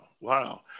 wow